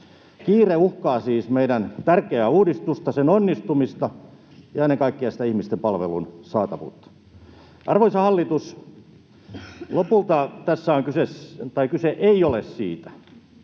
Kiire uhkaa siis meidän tärkeää uudistusta, sen onnistumista, ja ennen kaikkea sitä ihmisten palvelun saatavuutta. Arvoisa hallitus! Lopulta tässä ei ole kyse siitä,